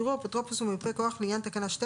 --- יראו אפוטרופוס או מיופה כוח לעניין תקנה 12,